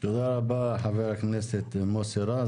תודה רבה, חבר הכנסת מוסי רז.